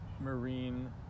marine